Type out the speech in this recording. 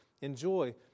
enjoy